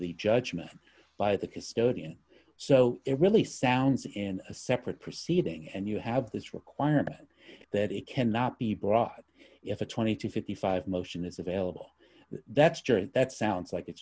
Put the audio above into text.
the judgment by the custodian so it really sounds in a separate proceeding and you have this requirement that it cannot be brought if a twenty to fifty five motion is available that's true that sounds like